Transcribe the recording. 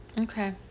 Okay